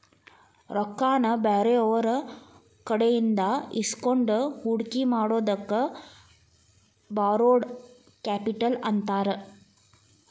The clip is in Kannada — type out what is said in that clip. ರೊಕ್ಕಾನ ಬ್ಯಾರೆಯವ್ರಕಡೆಇಂದಾ ಇಸ್ಕೊಂಡ್ ಹೂಡ್ಕಿ ಮಾಡೊದಕ್ಕ ಬಾರೊಡ್ ಕ್ಯಾಪಿಟಲ್ ಅಂತಾರ